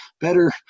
Better